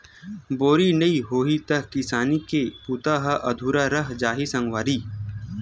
बोरी नइ होही त किसानी के बूता ह अधुरा रहि जाही सगवारी